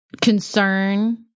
concern